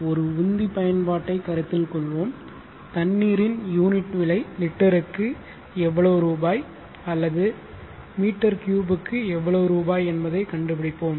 ஒரு உந்தி பயன்பாட்டைக் கருத்தில் கொள்வோம் தண்ணீரின் யூனிட் விலை லிட்டருக்கு எவ்வளவு ரூபாய் அல்லது m3 க்கு எவ்வளவு ரூபாய் என்பதைக் கண்டுபிடிப்போம்